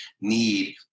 need